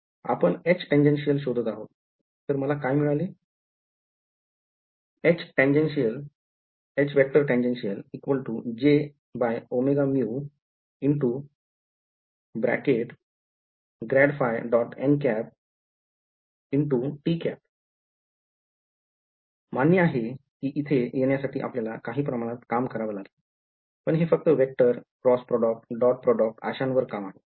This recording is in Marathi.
आपण H tangential शोधत आहोत तर मला काय मिळाले मान्य आहे कि इथे येण्यासाठी आपल्याला काही प्रमाणात काम करावं लागले पण हे फक्त vector cross product dot product अश्यांवर काम आहे